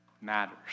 matters